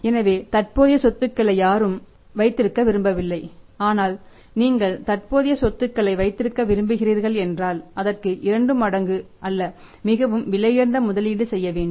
எனவே தற்போதைய சொத்துகளை யாரும் வைத்திருக்க விரும்பவில்லை ஆனால் நீங்கள் தற்போதைய சொத்துக்களை வைத்திருக்க விரும்புகிறீர்கள் என்றால் அதற்கு 2 மடங்கு அல்ல மிகவும் விலையுயர்ந்த முதலீடு செய்ய வேண்டும்